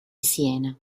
siena